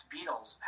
Beatles